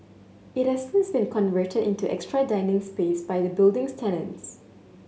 it has since been converted into extra dining space by the building's tenants